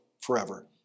forever